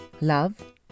Love